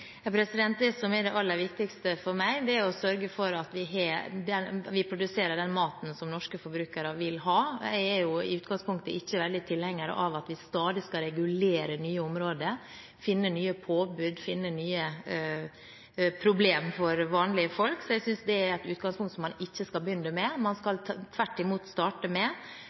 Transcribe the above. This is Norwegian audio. Det som er det aller viktigste for meg, er å sørge for at vi produserer den maten som norske forbrukere vil ha. Jeg er i utgangspunktet ikke veldig tilhenger av at vi stadig skal regulere nye områder, finne nye påbud, finne nye problemer for vanlige folk. Så jeg synes det er et utgangspunkt man ikke skal begynne med. Man skal tvert imot starte med